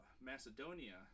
Macedonia